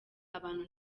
abantu